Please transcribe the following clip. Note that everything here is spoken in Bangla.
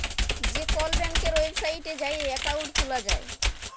যে কল ব্যাংকের ওয়েবসাইটে যাঁয়ে একাউল্ট খুলা যায়